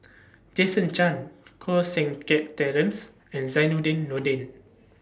Jason Chan Koh Seng Kiat Terence and Zainudin Nordin